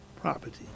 property